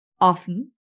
often